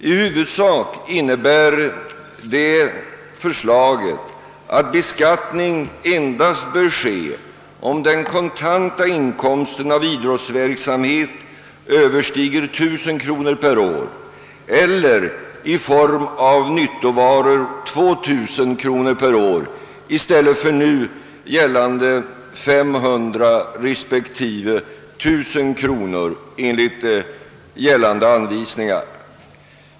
I huvudsak innebär dessa att beskattning bör ifrågakomma endast om den kontanta inkomsten av idrottsverksamhet överstiger 1 000 kronor eller i form av nyttovaror 2000 kronor per år i stället för 500 respektive 1 000 kronor enligt nu gällande anvisningar.